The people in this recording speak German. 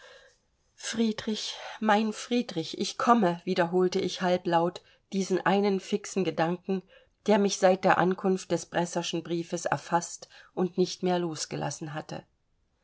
friedrich mein friedrich ich komme wiederholte ich halblaut diesen einen fixen gedanken der mich seit der ankunft des bresserschen briefes erfaßt und nicht mehr losgelassen hatte